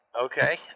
Okay